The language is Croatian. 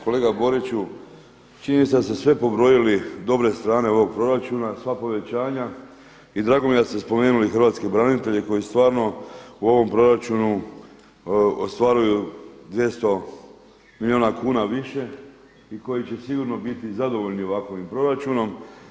kolega Boriću čini mi se da ste pobrojili dobre strane ovoga proračuna, sva povećanja i drago mi je da ste spomenuli hrvatske branitelje koji stvarno u ovom proračunu ostvaruju 200 milijuna kuna više i koji će sigurno biti zadovoljni ovakovim proračunom.